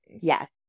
Yes